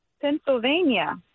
pennsylvania